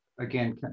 again